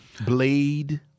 Blade